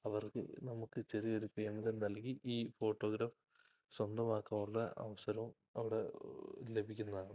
അവർക്ക് നമുക്ക് ചെറിയൊരു പേയ്മെൻ്റ് നൽകി ഈ ഫോട്ടോഗ്രാഫ് സ്വന്തമാക്കാനുള്ള അവസരവും അവിടെ ലഭിക്കുന്നതാണ്